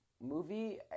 Movie